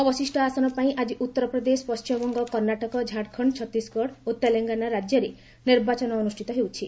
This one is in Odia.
ଅବଶିଷ୍ଟ ଆସନପାଇଁ ଆଜି ଉତ୍ତରପ୍ରଦେଶ ପଶ୍ଚିମବଙ୍ଗ କର୍ଣ୍ଣାଟକ ଝାରଖଣ୍ଡ ଛତିଶଗଡ଼ ଓ ତେଲଙ୍ଗାନା ରାଜ୍ୟରେ ନିର୍ବାଚନ ଅନୁଷ୍ଠିତ ହେଉଛି